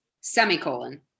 semicolon